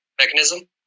mechanism